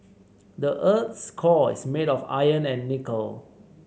the earth's core is made of iron and nickel